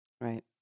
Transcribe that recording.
Right